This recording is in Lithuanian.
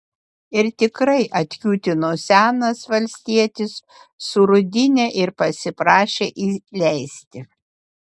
ir tikrai atkiūtino senas valstietis su rudine ir pasiprašė įleisti